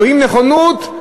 רואים נכונות,